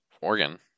organ